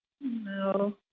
No